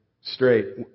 straight